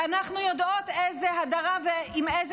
ואנחנו יודעות עם איזה הדרה ועם איזה